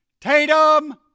Tatum